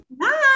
Bye